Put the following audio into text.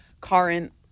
current